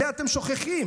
את זה אתם שוכחים.